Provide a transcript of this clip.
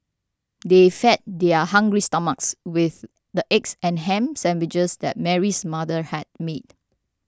they fed their hungry stomachs with the eggs and ham sandwiches that Mary's mother had made